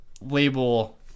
label